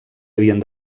havien